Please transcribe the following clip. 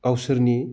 गावसोरनि